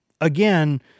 again